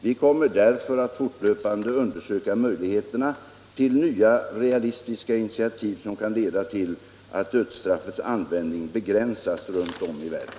Vi kommer därför att fortlöpande undersöka möjligheterna till nya realistiska initiativ som kan leda till att dödsstraffets användning begränsas runt om i världen.